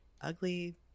Ugly